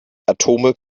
atome